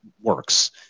works